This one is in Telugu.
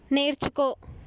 నేర్చుకో